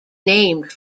named